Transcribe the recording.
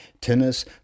tennis